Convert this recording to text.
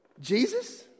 Jesus